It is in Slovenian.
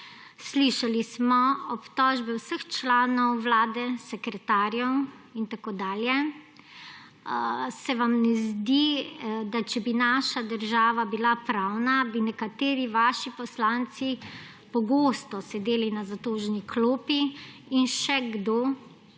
Slišali smo obtožbe zoper vse člane Vlade, sekretarje in tako dalje. Se vam ne zdi, da če bi naša država bila pravna, bi nekateri vaši poslanci pogosto sedeli na zatožni klopi, in še kdo,